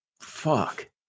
fuck